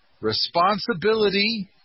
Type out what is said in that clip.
responsibility